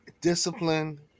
discipline